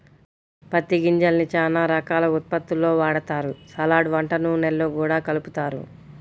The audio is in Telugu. పత్తి గింజల్ని చానా రకాల ఉత్పత్తుల్లో వాడతారు, సలాడ్, వంట నూనెల్లో గూడా కలుపుతారు